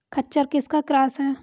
खच्चर किसका क्रास है?